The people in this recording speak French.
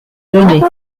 données